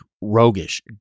roguish